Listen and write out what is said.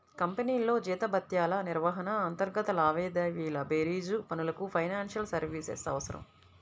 కంపెనీల్లో జీతభత్యాల నిర్వహణ, అంతర్గత లావాదేవీల బేరీజు పనులకు ఫైనాన్షియల్ సర్వీసెస్ అవసరం